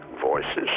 Voices